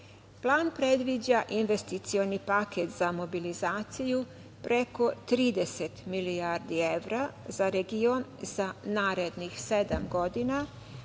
Plan predviđa investicioni paket za mobilizaciju preko 30 milijardi evra za region za narednih sedam godina,